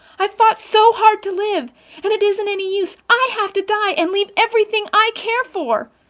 i've fought so hard to live and it isn't any use i have to die and leave everything i care for.